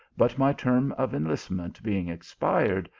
but my term of enlistment being ex pired,